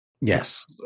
Yes